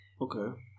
Okay